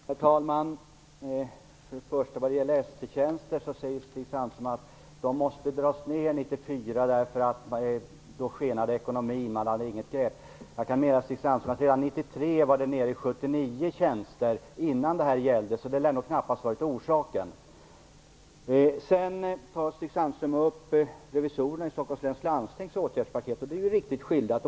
Herr talman! Stig Sandström sade att antalet ST tjänster måste dras ned 1994 därför att ekonomin då skenade - man hade inget grepp om den. Jag kan meddela Stig Sandström att antalet redan 1993, innan ekonomin skenade, var nere i 79 tjänster - det lär alltså knappast ha varit orsaken. Stig Sandström berörde Stockholms läns landstings revisorers åtgärdspaket och skildrade det riktigt.